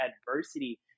adversity